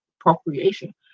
appropriation